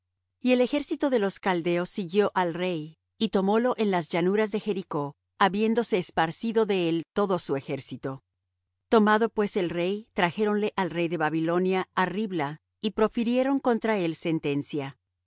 y el ejército de los caldeos siguió al rey y tomólo en las llanuras de jericó habiéndose esparcido de él todo su ejército tomado pues el rey trajéronle al rey de babilonia á ribla y profirieron contra él sentencia